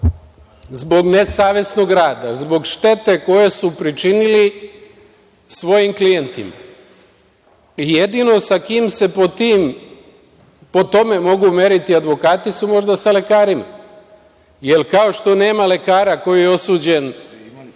zbog nesavesnog rada, zbog štete koju su pričinili svojim klijentima? Jedino sa kim se po tome mogu meriti advokati su možda sa lekarima, jer kao što nema lekara koji je osuđen